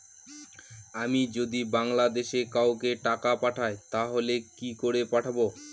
আমি যদি বাংলাদেশে কাউকে টাকা পাঠাই তাহলে কি করে পাঠাবো?